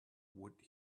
would